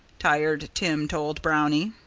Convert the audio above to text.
tired tim told brownie.